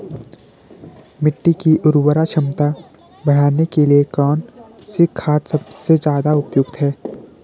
मिट्टी की उर्वरा क्षमता बढ़ाने के लिए कौन सी खाद सबसे ज़्यादा उपयुक्त है?